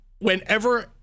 whenever